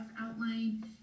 outline